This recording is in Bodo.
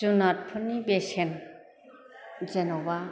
जुनारफोरनि बेसेन जेन'बा